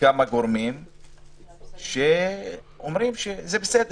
לכמה גורמים שאומרים: זה בסדר,